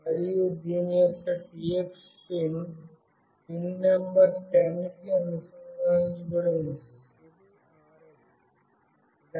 మరియు దీని యొక్క TX పిన్ పిన్ నంబర్ 10 కి అనుసంధానించబడి ఉంది ఇది RX